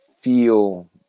feel